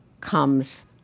comes